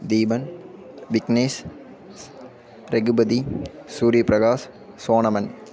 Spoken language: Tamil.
தீபன் விக்னேஷ் ரெகுபதி சூர்யா பிரகாஷ் சோனமன்